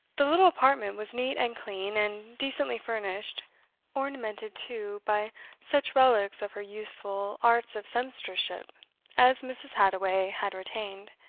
the little apartment was neat and clean, and decently furnished ornamented, too, by such relics of her youthful arts of sempstress-ship as mrs. hadoway had retained